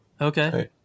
Okay